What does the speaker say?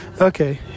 Okay